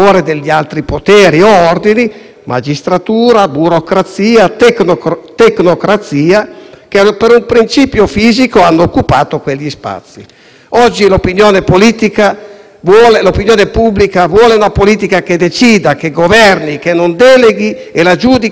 che, per un principio fisico, hanno occupato quegli spazi. Oggi l'opinione pubblica vuole una politica che decida, che governi, che non deleghi, e la giudicano in tempo reale su questi aspetti. Se la politica non è in grado di fare questo, non vuole, non è capace,